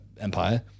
Empire